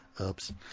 Oops